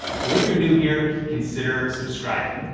so if you're new here, consider subscribing.